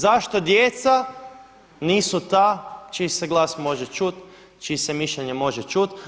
Zašto djeca nisu ta čiji se glas može čuti, čije se mišljenje može čuti.